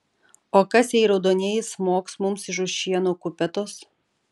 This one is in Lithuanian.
o kas jei raudonieji smogs mums iš už šieno kupetos